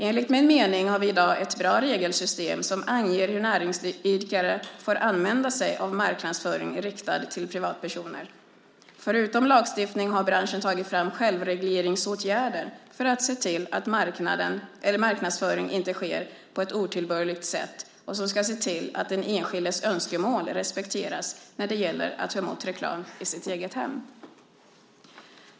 Enligt min mening har vi i dag ett bra regelsystem som anger hur näringsidkare får använda sig av marknadsföring riktad till privatpersoner. Förutom lagstiftning har branschen tagit fram självregleringsåtgärder för att se till att marknadsföring inte sker på ett otillbörligt sätt och se till att den enskildes önskemål respekteras när det gäller att ta emot reklam i sitt eget hem.